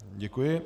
Děkuji.